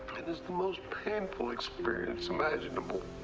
it is the most painful experience imaginable. ah,